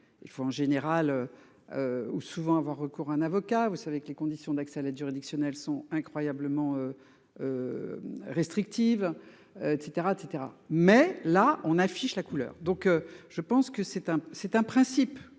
il faut en général. Ou souvent avoir recours à un avocat. Vous savez que les conditions d'accès à l'aide juridictionnel sont incroyablement. Restrictive. Et cetera et cetera mais là on affiche la couleur donc je pense que c'est un c'est